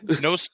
No